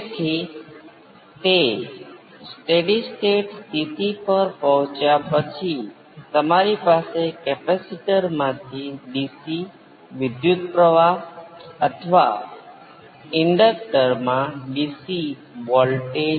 તેથી જો ω C R એ 1 કરતા ઘણું નાનું હોય તો આઉટપુટ એમ્પ્લિટ્યુડ V p એ 1 કરતાં ઘણું વધારે છે જે તેના ω ના વ્યસ્ત પ્રમાણમાં છે